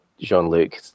Jean-Luc